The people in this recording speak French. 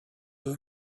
eux